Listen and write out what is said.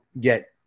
get